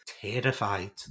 terrified